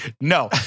No